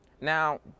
Now